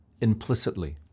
implicitly